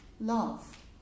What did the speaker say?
Love